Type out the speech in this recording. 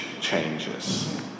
changes